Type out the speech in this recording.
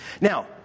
Now